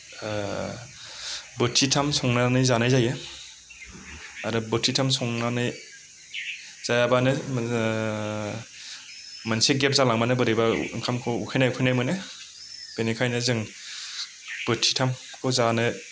बोथिथाम संनानै जानाय जायो आरो बोथिथाम संनानै जायाब्लानो मोनसे गेप जालांब्लानो बोरैबा ओंखामखौ उखैनाय उखैनाय मोनो बेनिखायनो जों बोथिथामखौ जानो